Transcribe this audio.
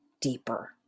deeper